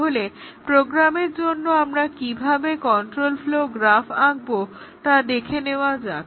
তাহলে প্রোগ্রামের জন্য আমরা কিভাবে কন্ট্রোল ফ্লো গ্রাফ আঁকবো দেখে নেওয়া যাক